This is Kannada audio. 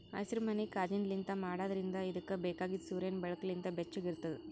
ಹಸಿರುಮನಿ ಕಾಜಿನ್ಲಿಂತ್ ಮಾಡಿದ್ರಿಂದ್ ಇದುಕ್ ಬೇಕಾಗಿದ್ ಸೂರ್ಯನ್ ಬೆಳಕು ಲಿಂತ್ ಬೆಚ್ಚುಗ್ ಇರ್ತುದ್